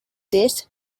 this